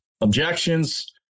objections